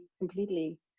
completely